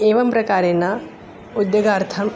एवं प्रकारेण उद्योगार्थम्